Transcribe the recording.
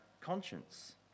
conscience